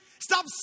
Stop